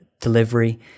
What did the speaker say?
delivery